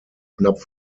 knapp